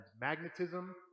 magnetism